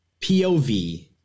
POV